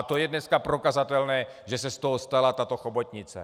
To je dneska prokazatelné, že se z toho stala tato chobotnice.